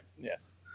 yes